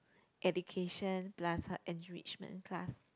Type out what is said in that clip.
education plus her enrichment class